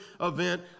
event